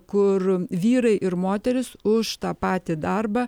kur vyrai ir moterys už tą patį darbą